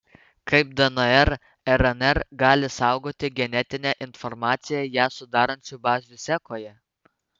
kaip dnr rnr gali saugoti genetinę informaciją ją sudarančių bazių sekoje